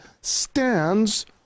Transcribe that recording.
stands